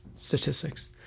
statistics